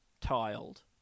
tiled